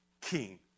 king